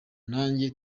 nanjye